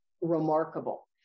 remarkable